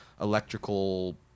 electrical